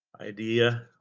idea